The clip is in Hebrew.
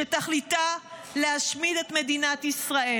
שתכליתה להשמיד את מדינת ישראל.